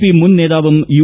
P മുൻ നേതാവും U